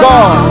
God